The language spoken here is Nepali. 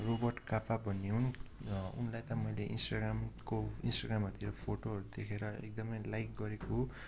रोबर्ट कप्पा भन्ने हुन् उनलाई त मैले इन्स्टाग्रामको इन्स्टाग्रामहरूतिर फोटोहरू देखेर एकदमै लाइक गरेको हो